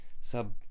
sub